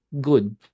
good